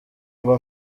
ngo